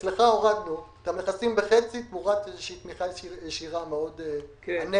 אצלנו הורדנו את המכסים בחצי תמורת איזו תמיכה ישירה מאוד אנמית.